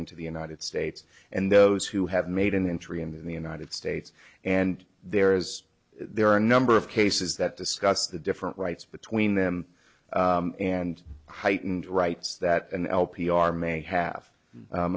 into the united states and those who have made an entry in the united states and there is there are a number of cases that discuss the different rights between them and heightened rights that an l p r may have